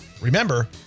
Remember